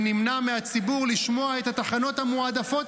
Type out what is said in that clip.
ונמנע מהציבור לשמוע את התחנות המועדפות